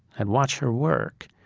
i'd watch her work.